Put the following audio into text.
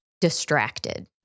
distracted